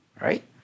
right